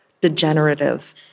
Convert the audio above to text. Degenerative